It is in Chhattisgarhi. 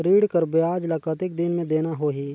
ऋण कर ब्याज ला कतेक दिन मे देना होही?